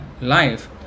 life